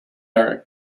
are